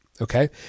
Okay